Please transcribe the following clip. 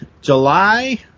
July